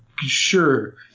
sure